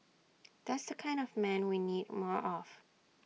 that's the kind of man we need more of